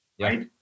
Right